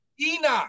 Enoch